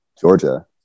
Georgia